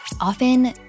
Often